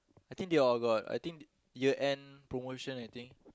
I think all got I think year end promotions I think